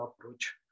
approach